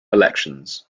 elections